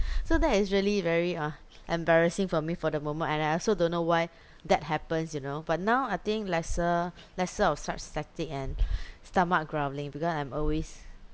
so that is really very uh embarrassing for me for the moment and I also don't know why that happens you know but now I think lesser lesser of such static and stomach growling because I'm always